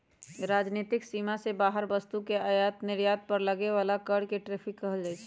राजनीतिक सीमा से बाहर वस्तु के आयात निर्यात पर लगे बला कर के टैरिफ कहल जाइ छइ